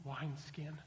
wineskin